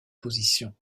position